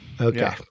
Okay